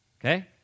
Okay